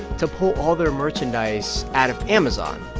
to pull all their merchandise out of amazon,